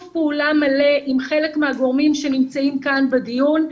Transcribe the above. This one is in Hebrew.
פעולה מלא עם חלק מהגורמים שנמצאים כאן בדיון,